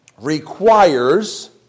requires